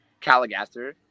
Caligaster